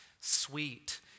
sweet